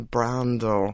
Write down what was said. Brando